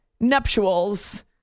nuptials